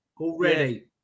already